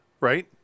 right